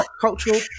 cultural